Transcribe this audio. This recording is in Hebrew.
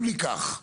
אם ניקח,